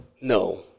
no